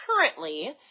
currently